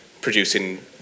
producing